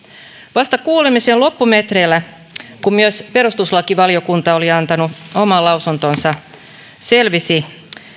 vasta kuulemisen loppumetreillä kun myös perustuslakivaliokunta oli antanut oman lausuntonsa selvisi